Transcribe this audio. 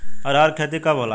अरहर के खेती कब होला?